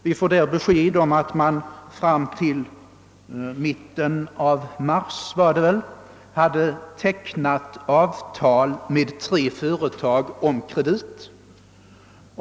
Vi har fått uppgift om att man — om jag inte minns fel — fram till mitten av mars hade tecknat avtal med tre företag om kredit.